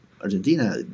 Argentina